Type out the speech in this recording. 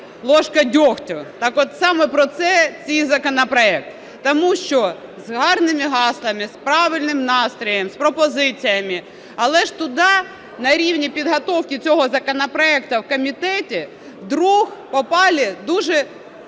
ложка дьогтю", так от саме про це цей законопроект. Тому що з гарними гаслами, з правильним настроєм, з пропозиціями, але ж туди, на рівні підготовки цього законопроекту у комітеті, раптом попали дуже